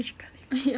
burj khalifa